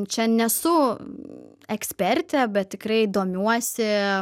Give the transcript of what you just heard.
čia nesu ekspertė bet tikrai domiuosi